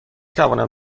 توانم